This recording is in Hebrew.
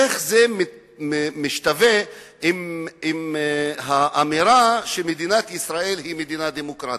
איך זה משתווה לאמירה שמדינת ישראל היא מדינה דמוקרטית?